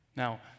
Now